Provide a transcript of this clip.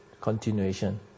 continuation